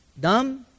dumb